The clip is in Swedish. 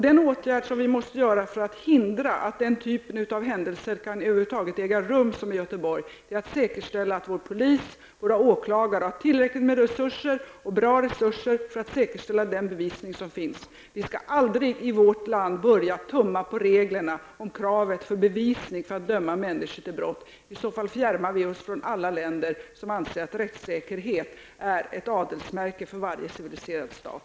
Den åtgärd som vi måste vidta för att hindra att en sådan händelse som den i Göteborg över huvud taget kan äga rum är att säkerställa att polisen och åklagarna har tillräckligt med, och dessutom bra, resurser för att säkerställa den bevisning som finns. I vårt land skall vi aldrig börja tumma på reglerna om kravet på bevisning för att döma människor till brott. I så fall fjärmar vi oss från alla de länder där rättssäkerheten anses vara ett adelsmärke för varje civiliserad stat.